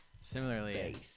Similarly